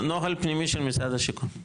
נוהל פנימי של משרד השיכון.